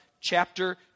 Chapter